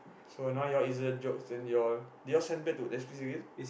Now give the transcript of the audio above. so now you all insert jokes then you all did you all send back to again